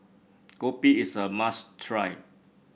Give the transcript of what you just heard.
Kopi is a must try